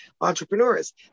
entrepreneurs